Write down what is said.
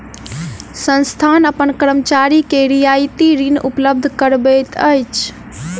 संस्थान अपन कर्मचारी के रियायती ऋण उपलब्ध करबैत अछि